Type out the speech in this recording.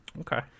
Okay